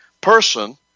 person